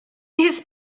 his